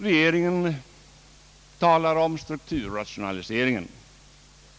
Regeringen talar om strukturrationaliseringen.